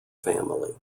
family